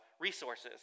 resources